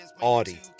Audi